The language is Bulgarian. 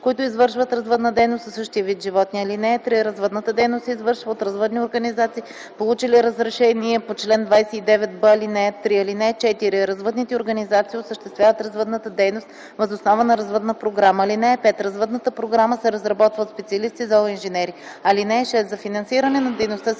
които извършват развъдна дейност със същия вид животни. (3) Развъдната дейност се извършва от развъдни организации, получили разрешение по чл. 29б, ал. 3. (4) Развъдните организации осъществяват развъдната дейност въз основа на развъдна програма. (5) Развъдната програма се разработва от специалисти-зооинженери. (6) За финансиране на дейността си